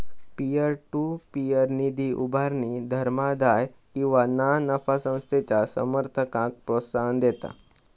peer to peer निधी उभारणी धर्मादाय किंवा ना नफा संस्थेच्या समर्थकांक प्रोत्साहन देता